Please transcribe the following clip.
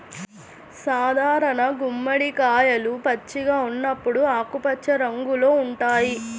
సాధారణ గుమ్మడికాయలు పచ్చిగా ఉన్నప్పుడు ఆకుపచ్చ రంగులో ఉంటాయి